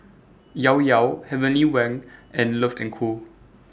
Llao Llao Heavenly Wang and Love and Co